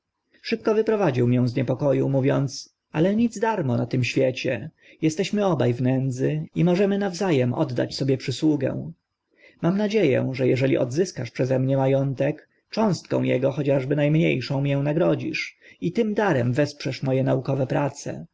szybko wyprowadził mię z niepoko u mówiąc ale nic darmo na tym świecie jesteśmy oba w nędzy i możemy wza emnie oddać sobie przysługę mam nadzie ę że eżeli odzyskasz przeze mnie ma ątek cząstką ego choćby na mnie szą mię nagrodzisz i tym darem wesprzesz mo e naukowe prace